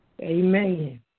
Amen